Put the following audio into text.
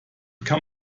kann